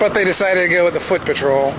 but they decide to go with the foot patrol